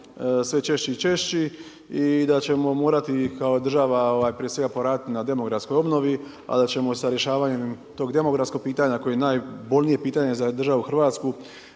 sve češći i češći i da ćemo morati kao država prije svega morati poraditi na demografskoj obnovi, a da ćemo sa rješavanjem tog demografskog pitanja koje je najbolnije pitanje za državu Hrvatsku